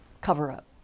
cover-up